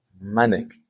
Manic